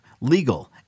legal